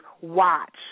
watch